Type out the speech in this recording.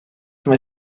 from